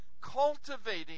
Cultivating